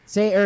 Say